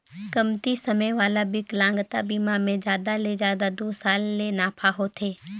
कमती समे वाला बिकलांगता बिमा मे जादा ले जादा दू साल ले नाफा होथे